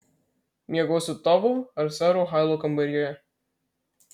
miegosiu tavo ar sero hailo kambaryje